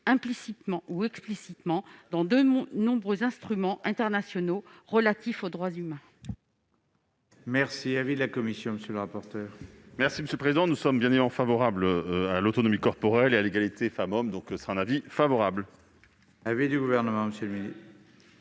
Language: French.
implicitement ou explicitement, dans de nombreux instruments internationaux relatifs aux droits humains.